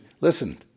listen